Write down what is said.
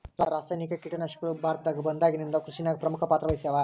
ರಾಸಾಯನಿಕ ಕೀಟನಾಶಕಗಳು ಭಾರತದಾಗ ಬಂದಾಗಿಂದ ಕೃಷಿನಾಗ ಪ್ರಮುಖ ಪಾತ್ರ ವಹಿಸ್ಯಾವ